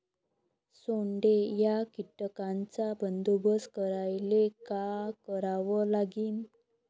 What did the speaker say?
सोंडे या कीटकांचा बंदोबस्त करायले का करावं लागीन?